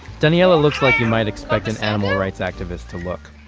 daniella looks like you might expect an animal rights activist to look.